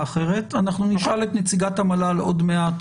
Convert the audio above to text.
אחרת אנחנו נשאל את נציגת המל"ל עוד מעט